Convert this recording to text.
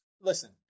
listen